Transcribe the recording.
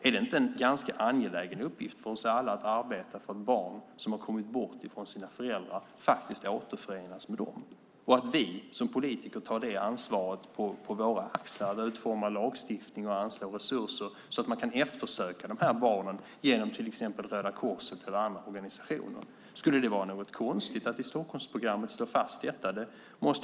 Är det inte en ganska angelägen uppgift för oss alla att arbeta för att barn som kommit bort från sina föräldrar återförenas med dem och att vi som politiker tar det ansvaret på våra axlar och utformar lagstiftning och anslår resurser så att man kan eftersöka dessa barn genom till exempel Röda Korset eller andra organisationer? Skulle det vara något konstigt att i Stockholmsprogrammet slå fast detta?